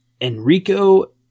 Enrico